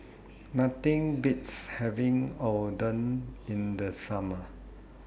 Nothing Beats having Oden in The Summer